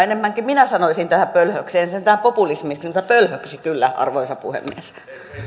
enemmänkin minä sanoisin tätä pölhöksi en sentään populismiksi mutta pölhöksi kyllä arvoisa puhemies